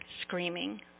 screaming